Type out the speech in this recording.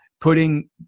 putting –